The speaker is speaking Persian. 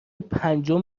پنجم